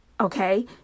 Okay